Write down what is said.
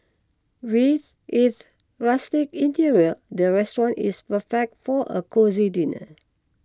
with its rustic interior the restaurant is perfect for a cosy dinner